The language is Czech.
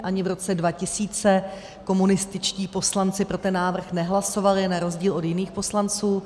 Ani v roce 2000 komunističtí poslanci pro návrh nehlasovali na rozdíl od jiných poslanců.